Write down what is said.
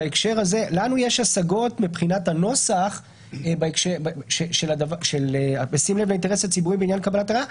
לנו יש השגות בעניין הנוסח "בשים לב לאינטרס הציבורי בעניין קבלת ראיה".